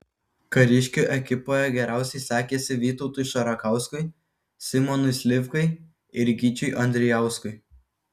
kariškių ekipoje geriausiai sekėsi vytautui šarakauskui simonui slivkai ir gyčiui andrijauskui